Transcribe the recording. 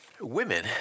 Women